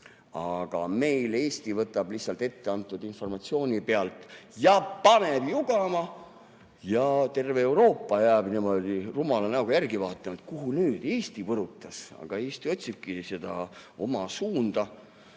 Aga meil Eesti võtab lihtsalt etteantud informatsiooni pealt ja paneb jugama ja terve Euroopa jääb rumala näoga järgi vaatama, et kuhu nüüd Eesti põrutas. Aga Eesti otsibki seda oma suunda.